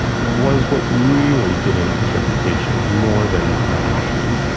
was what really did in his reputation more than man, a machine.